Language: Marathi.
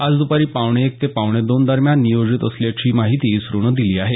आज द्पारी पावणे एक ते पावणे दोन दरम्यान नियोजित असल्याची माहिती इस्त्रोनं दिली आहे